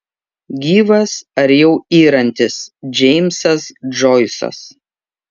gyvas ar jau yrantis džeimsas džoisas